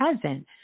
present